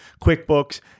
QuickBooks